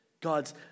God's